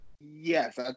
Yes